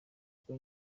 kuko